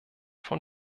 von